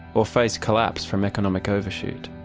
or face collapse from economic overshoot.